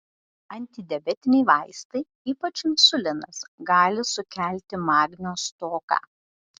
antidiabetiniai vaistai ypač insulinas gali sukelti magnio stoką